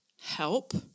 help